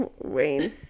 Wayne